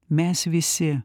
mes visi